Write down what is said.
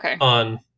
on